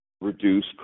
reduce